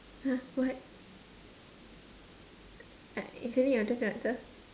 !huh! what uh isn't it your turn to answer